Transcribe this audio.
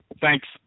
Thanks